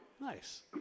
Nice